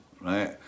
right